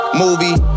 movie